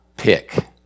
pick